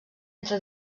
entre